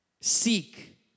Seek